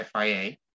FIA